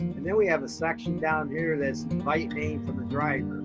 and then we have a section down here that's invite name for the driver.